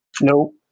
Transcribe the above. No